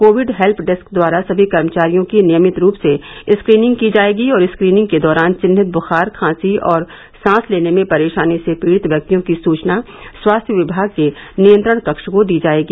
Covid help desk द्वारा सभी कर्मचारियों की नियमित रूप से स्क्रीनिंग की जायेगी और स्क्रीनिंग के दौरान चिन्हित बुखार खांसी और सांस लेने में परेशानी से पीड़ित व्यक्तियों की सूचना स्वास्थ्य विभाग के नियंत्रण कक्ष को दी जायेगी